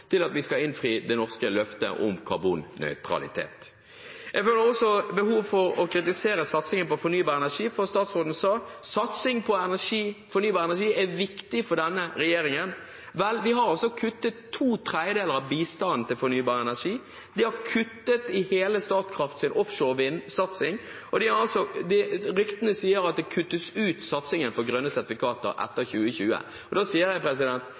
til at vi skal innfri det norske løftet om karbonnøytralitet. Jeg føler også behov for å kritisere satsingen på fornybar energi, for statsråden sa at satsing på fornybar energi er viktig for denne regjeringen. De har altså kuttet to tredjedeler av bistanden til fornybar energi. De har kuttet i hele Statkrafts offshorevindsatsing, og ryktene sier at det kuttes i satsingen på grønne sertifikater etter 2020. Da sier jeg: